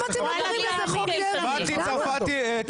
מטי צרפתי, קריאה ראשונה.